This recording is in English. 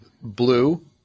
blue